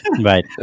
Right